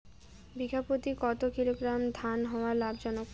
বিঘা প্রতি কতো কিলোগ্রাম ধান হওয়া লাভজনক?